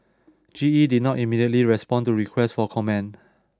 G E did not immediately respond to requests for comment